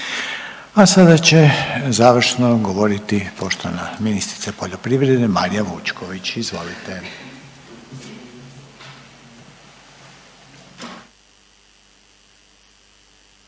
A sada će završno govoriti poštovana ministrica poljoprivrede Marija Vučković, izvolite.